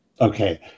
Okay